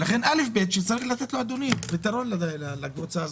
ולכן א'-ב' שצריך לתת פתרון לקבוצה הזאת.